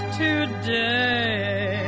today